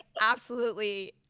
absolutely-